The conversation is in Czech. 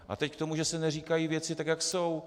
A teď k tomu, že se neříkají věci tak, jak jsou.